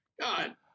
God